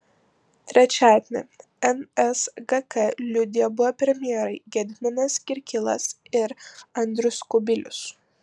trečiadienį nsgk liudijo buvę premjerai gediminas kirkilas ir andrius kubilius